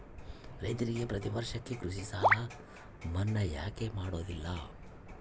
ರೈತರಿಗೆ ಪ್ರತಿ ವರ್ಷ ಕೃಷಿ ಸಾಲ ಮನ್ನಾ ಯಾಕೆ ಮಾಡೋದಿಲ್ಲ?